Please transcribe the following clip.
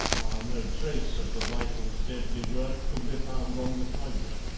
while no trace of the rifle's deadly work could be found on the tiger.